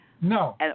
No